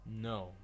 No